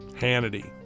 Hannity